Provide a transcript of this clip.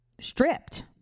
stripped